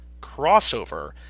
crossover